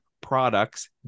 products